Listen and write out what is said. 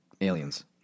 aliens